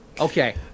Okay